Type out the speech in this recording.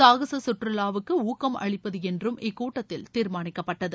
சாகச கற்றுலாவுக்கு ஊக்கம் அளிப்பது என்றும் இக்கூட்டத்தில் தீர்மானிக்கப்பட்டது